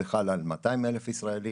זה חל על 200,000 ישראלים,